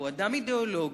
והוא אדם אידיאולוגי,